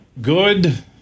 Good